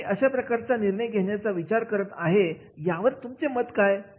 मी अशाप्रकारचा निर्णय घेण्याचा विचार करत आहे यावर तुमचे मत काय आहे